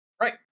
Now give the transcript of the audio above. Right